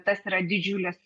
tas yra didžiulis